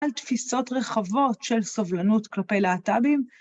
על תפיסות רחבות של סובלנות כלפי להטבים.